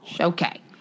Okay